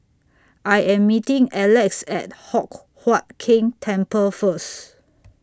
I Am meeting Alex At Hock Huat Keng Temple First